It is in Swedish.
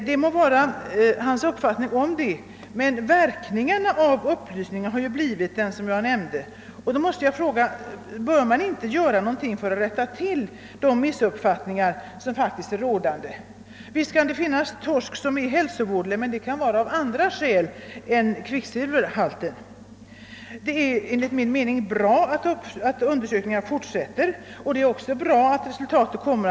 Det må vara hans uppfattning, men verkningarna av:upplysningen har blivit dem jag nämnt. Då måste jag fråga: Bör man inte göra något för att rätta till de missuppfattningar som faktiskt är rådande? Visst kan det finnas torsk som kan vara hälsovådlig, men det kan vara av andra skäl än kvicksilverhalten. Enligt min mening är det bra att undersökningarna fortsätter och att resultaten publiceras.